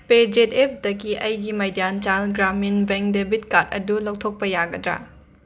ꯄꯦꯖꯦꯠ ꯑꯦꯞꯇꯒꯤ ꯑꯩꯒꯤ Madhyanchal Gramin Bank debit card ꯑꯗꯨ ꯂꯧꯊꯣꯛꯄ ꯌꯥꯒꯗ꯭ꯔꯥ